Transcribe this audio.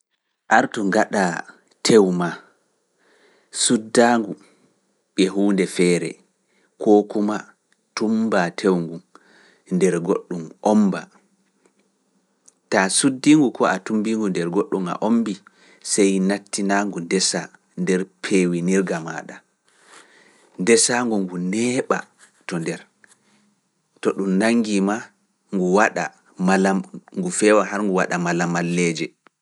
Artu ngaɗa tew maa suddaangu e huunde feere, koo kuma tumbaa tew ngun nder goɗɗum ndesaango ngu neeɓa to nder to ɗum nanngi ma ndesaa ngu har ngu waɗa malamalleeje